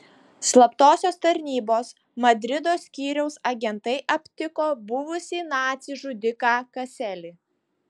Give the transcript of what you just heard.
slaptosios tarnybos madrido skyriaus agentai aptiko buvusį nacį žudiką kaselį